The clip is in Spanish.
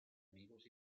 amigos